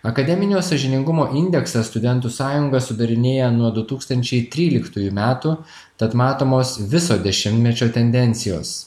akademinio sąžiningumo indeksą studentų sąjungą sudarinėja nuo du tūkstančiai tryliktųjų metų tad matomos viso dešimtmečio tendencijos